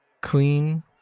clean